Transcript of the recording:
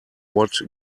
what